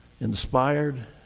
inspired